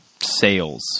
sales